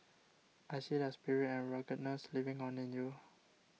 I see their spirit and ruggedness living on in you